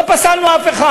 לא פסלנו אף אחד.